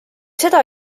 seda